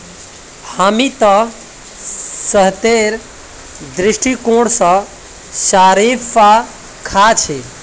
हामी त सेहतेर दृष्टिकोण स शरीफा खा छि